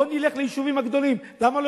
בואו ונלך ליישובים הגדולים.